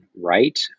right